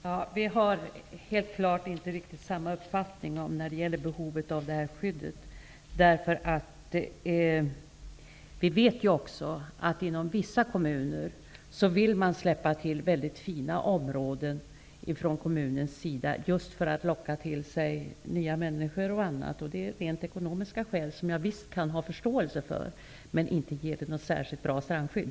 Herr talman! Vi har helt klart inte riktigt samma uppfattning när det gäller behovet av det här skyddet. Vi vet också att man inom vissa kommuner vill släppa till väldigt fina områden från kommunens sida, just för att locka till sig nya människor och annat. Det är av rent ekonomiska skäl, som jag visst kan ha förståelse för. Men inte ger det något särskilt bra strandskydd.